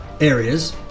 areas